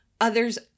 others